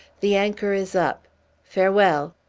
the anchor is up farewell!